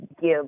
give